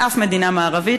לאף מדינה מערבית,